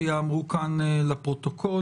שייאמרו כאן לפרוטוקול.